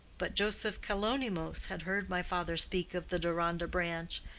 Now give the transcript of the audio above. but joseph kalonymos had heard my father speak of the deronda branch,